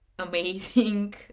Amazing